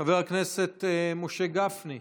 חבר הכנסת משה גפני,